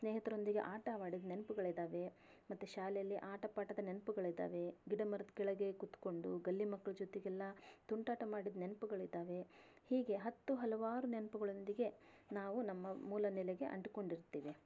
ಸ್ನೇಹಿತರೊಂದಿಗೆ ಆಟವಾಡಿದ ನೆನಪುಗಳು ಇದ್ದಾವೆ ಮತ್ತೆ ಶಾಲೇಲಿ ಆಟ ಪಾಠದ ನೆನಪುಗಳು ಇದ್ದಾವೆ ಗಿಡ ಮರದ ಕೆಳಗೆ ಕುತ್ಕೊಂಡು ಗಲ್ಲಿ ಮಕ್ಕಳ ಜೊತೆಗೆಲ್ಲ ತುಂಟಾಟ ಮಾಡಿದ ನೆನಪುಗಳಿದ್ದಾವೆ ಹೀಗೆ ಹತ್ತು ಹಲವಾರು ನೆನಪುಗಳೊಂದಿಗೆ ನಾವು ನಮ್ಮ ಮೂಲ ನೆಲೆಗೆ ಅಂಟಿಕೊಂಡಿರ್ತೇವೆ